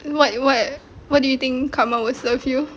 what what what do you think karma would serve you